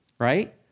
right